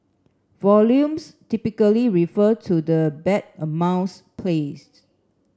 volumes typically refer to the bet amounts placed